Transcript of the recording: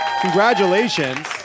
Congratulations